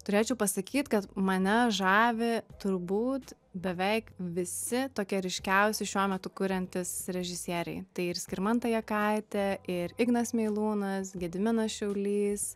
turėčiau pasakyt kad mane žavi turbūt beveik visi tokie ryškiausi šiuo metu kuriantys režisieriai tai ir skirmanta jakaitė ir ignas meilūnas gediminas šiaulys